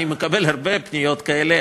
אני מקבל הרבה פניות כאלה,